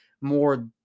more